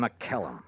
McKellum